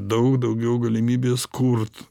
daug daugiau galimybės kurt